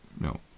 No